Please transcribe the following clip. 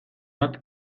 bat